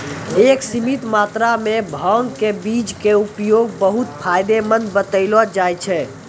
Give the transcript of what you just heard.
एक सीमित मात्रा मॅ भांग के बीज के उपयोग बहु्त फायदेमंद बतैलो जाय छै